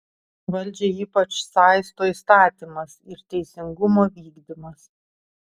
valdžią ypač saisto įstatymas ir teisingumo vykdymas